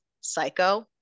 Psycho